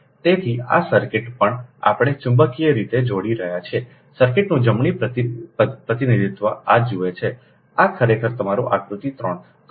તેથી આ સર્કિટ પણ આપણે ચુંબકીય રીતે જોડી રહ્યા છીએ સર્કિટનું જમણું પ્રતિનિધિત્વ આ જેવું છે આ ખરેખર તમારું આકૃતિ 3 ખરું